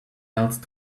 else